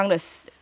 痛吗不正常的